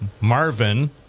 Marvin